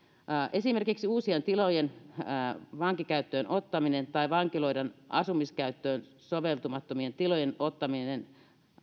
esimerkiksi uusien tilojen vankikäyttöön ottaminen tai vankiloiden asumiskäyttöön soveltumattomien tilojen ottaminen